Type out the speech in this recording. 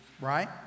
right